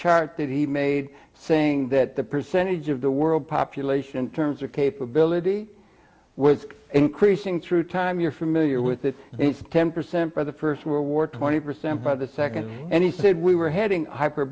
chart that he made saying that the percentage of the world population terms or capability was increasing through time you're familiar with the ten percent for the st world war twenty percent by the nd and he said we were heading hyper